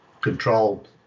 controlled